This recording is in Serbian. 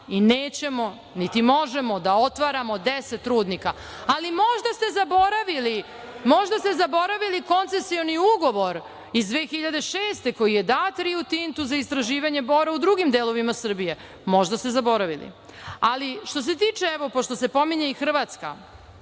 Nećemo, niti možemo da otvaramo deset rudnika. Možda ste zaboravili koncesioni ugovor iz 2006. godine koji je dat Rio Tintu za istraživanje bora u drugim delovima Srbije, možda ste zaboravili. Pošto se pominje i Hrvatska,